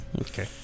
Okay